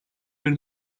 bir